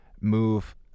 move